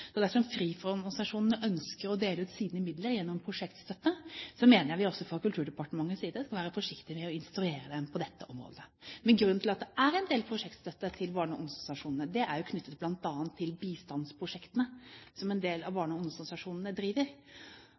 ønsker å dele ut sine midler gjennom prosjektstøtte, mener jeg vi også fra Kulturdepartementets side skal være forsiktig med å instruere dem på dette området. Men grunnen til at det er en del prosjektstøtte til barne- og ungdomsorganisasjoner, er jo knyttet bl.a. til bistandsprosjektene som en del av barne- og ungdomsorganisasjonene driver.